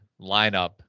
lineup